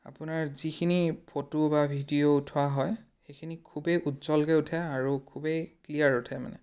আপোনাৰ যিখিনি ফটো বা ভিডিঅ' উঠোৱা হয় সেইখিনি খুবেই উজ্জ্বলকৈ উঠে আৰু খুবেই ক্লিয়াৰ উঠে মানে